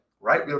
Right